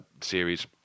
series